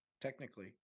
technically